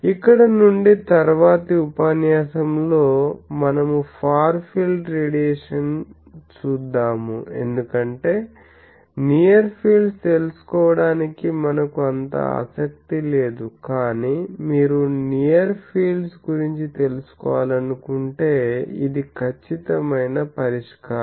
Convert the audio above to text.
ఇక్కడ నుండి తరువాతి ఉపన్యాసంలో మనము ఫార్ ఫీల్డ్ రేడియేషన్ చూద్దాము ఎందుకంటే నియర్ ఫీల్డ్న తెలుసుకోవడానికి మనకు అంత ఆసక్తి లేదు కానీ మీరు నియర్ ఫీల్డ్ గురించి తెలుసుకోవాలనుకుంటే ఇది ఖచ్చితమైన పరిష్కారం